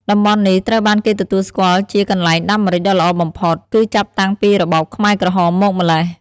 តំបន់នេះ ត្រូវបានគេទទួលស្គាល់ជា កន្លែងដាំម្រេចដ៏ល្អបំផុត គឺចាប់តាំងពីរបបខ្មែរក្រហមមកម្ល៉េះ។